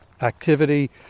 activity